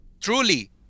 truly